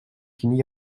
fini